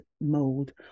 mold